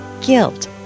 guilt